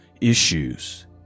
issues